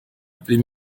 appeler